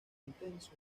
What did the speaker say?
intenso